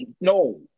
No